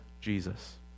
Jesus